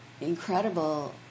Incredible